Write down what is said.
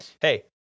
hey